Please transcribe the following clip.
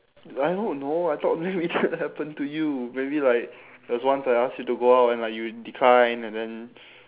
I don't know I thought maybe shit happened to you maybe like there was once I asked you to go out and like you declined and then